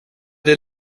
det